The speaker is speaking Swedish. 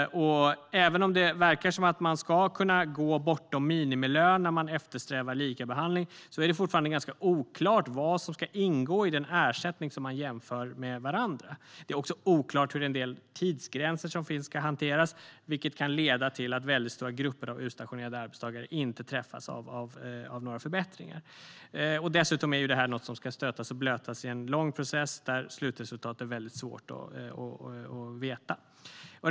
Även om det verkar som att man ska kunna gå bortom minimilön när man eftersträvar likabehandling är det fortfarande ganska oklart vad som ska ingå i de ersättningar man jämför med varandra. Det är också oklart hur en del tidsgränser som finns ska hanteras, vilket kan leda till att väldigt stora grupper av utstationerade arbetstagare inte träffas av några förbättringar. Dessutom ska detta stötas och blötas i en lång process där det är väldigt svårt att veta något om slutresultatet.